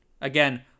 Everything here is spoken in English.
Again